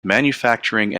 manufacturing